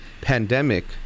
pandemic